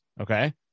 Okay